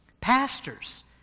Pastors